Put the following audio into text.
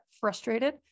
frustrated